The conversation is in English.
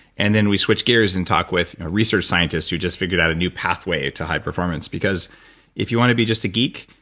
and then we switch gears and talk with research scientists who just figured out a new pathway to high performance because if you want to be just a geek,